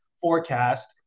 forecast